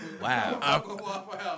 Wow